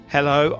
Hello